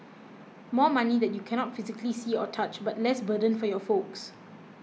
more money that you cannot physically see or touch but less burden for your folks